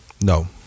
No